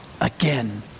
Again